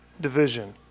division